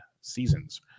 seasons